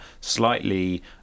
slightly